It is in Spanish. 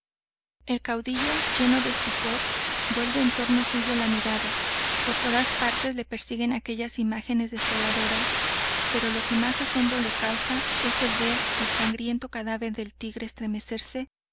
el caudillo lleno de estupor vuelve en torno suyo la mirada por todas partes le persiguen aquellas imágenes desoladoras pero lo que más asombro le causa es el ver el sangriento cadáver del tigre estremecerse